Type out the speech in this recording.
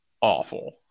awful